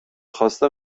خواسته